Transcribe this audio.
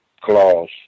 clause